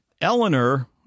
Eleanor